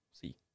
see